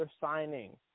signing